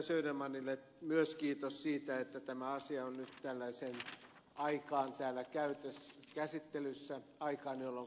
södermanille kiitos siitä että tämä asia on nyt tällaiseen aikaan täällä käsittelyssä jolloinka kansanedustajilla on paremmat mahdollisuudet osallistua